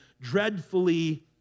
dreadfully